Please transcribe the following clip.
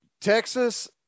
Texas